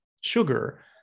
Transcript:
sugar